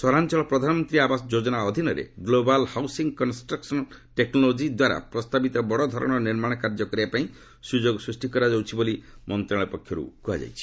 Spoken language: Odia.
ସହରାଞ୍ଚଳ ପ୍ରଧାନମନ୍ତ୍ରୀ ଆବାସ ଯୋଜନା ଅଧୀନରେ ଗ୍ଲୋବାଲ ହାଉସିଂ କନଷ୍ଟ୍ରକସନ୍ ଟେକ୍ନୋଲୋଜି ଦ୍ୱାରା ପ୍ରସ୍ତାବିତ ବଡ ଧରଣର ନିର୍ମାଣ କାର୍ଯ୍ୟ କରିବା ପାଇଁ ସୁଯୋଗ ସୃଷ୍ଟି କରାଯାଉଛି ବୋଲି ମନ୍ତ୍ରଣାଳୟ ପକ୍ଷରୁ କୁହାଯାଇଛି